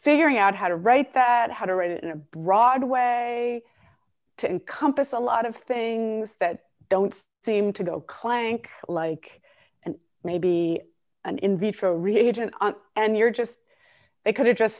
figuring out how to write that how to write it in a broad way to encompass a lot of things that don't seem to go clank like and may be an in vitro religion and you're just they could have just